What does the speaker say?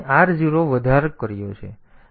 તેથી અહીં આપણે r0 વધારો કર્યો છે